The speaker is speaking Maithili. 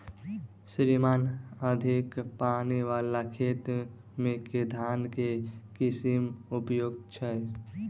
श्रीमान अधिक पानि वला खेत मे केँ धान केँ किसिम उपयुक्त छैय?